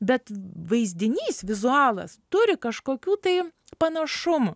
bet vaizdinys vizualas turi kažkokių tai panašumų